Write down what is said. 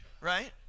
right